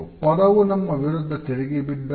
ಪದವು ನಮ್ಮ ವಿರುದ್ಧ ತಿರುಗಿ ಬಿದ್ದಾಗ